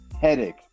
headache